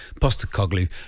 Postacoglu